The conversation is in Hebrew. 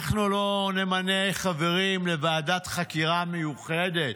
אנחנו לא נמנה חברים לוועדת חקירה מיוחדת.